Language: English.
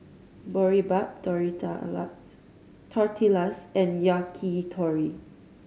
Boribap Tortillas and Yakitori